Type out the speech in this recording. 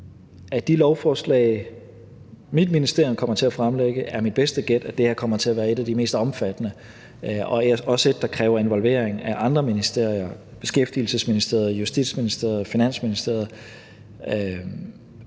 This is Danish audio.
Af de lovforslag, som mit ministerium kommer til at fremsætte, er mit bedste gæt, at det her kommer til at være et af de mest omfattende og også et, der kræver involvering af andre ministerier – Beskæftigelsesministeriet, Justitsministeriet, Finansministeriet.